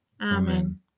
Amen